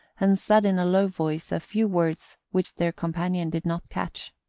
and said, in a low voice, a few words which their companion did not catch.